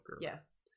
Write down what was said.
Yes